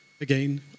again